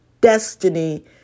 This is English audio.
destiny